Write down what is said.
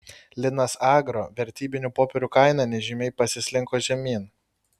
linas agro vertybinių popierių kaina nežymiai pasislinko žemyn